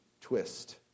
twist